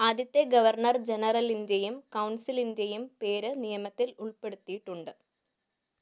ആദ്യത്തെ ഗവർണർ ജനറലിൻറ്റെയും കൗൺസിലിൻറ്റെയും പേര് നിയമത്തിൽ ഉൾപ്പെടുത്തിയിട്ടുണ്ട്